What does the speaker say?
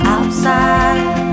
Outside